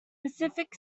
pacific